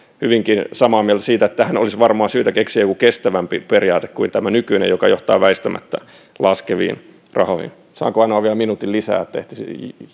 hyvinkin samaa mieltä siitä että tähän olisi varmaan syytä keksiä jokin kestävämpi periaate kuin tämä nykyinen joka johtaa väistämättä laskeviin rahoihin saanko anoa vielä minuutin lisää että ehtisin